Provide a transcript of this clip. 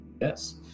Yes